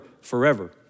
forever